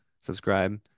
subscribe